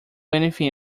anything